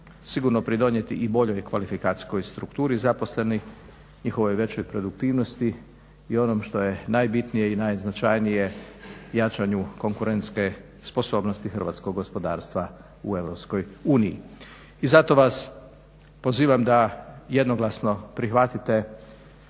sigurno pridonijeti i boljoj kvalifikacijskoj strukturi zaposlenih, njihovoj većoj produktivnosti i onom što je najbitnije i najznačajnije jačanju konkurentske sposobnosti hrvatskog gospodarstva u EU. I zato vas pozivam da jednoglasno prihvatite